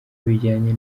bijyanye